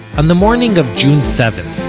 and the morning of june seven,